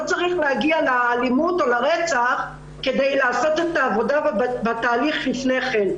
לא צריך להגיע לאלימות או לרצח כדי לעשות את העבודה בתהליך לפני כן.